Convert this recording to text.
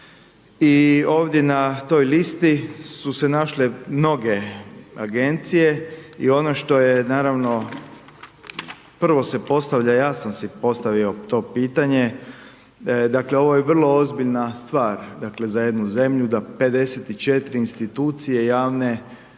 I ovdje na toj listi su se našle mnoge Agencije i ono što je naravno prvo se postavlja, ja sam si postavio to pitanje, dakle, ovo je vrlo ozbiljna stvar za jednu zemlju da 54 institucije javne